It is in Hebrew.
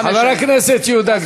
חבר הכנסת יהודה גליק.